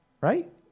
Right